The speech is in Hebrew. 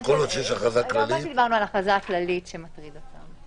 מה שדיברנו על ההכרזה הכללית שמטריד אותם,